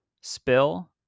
Spill